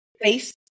Face